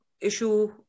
issue